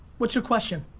what's your question?